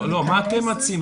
לא, מה אתם מציעים.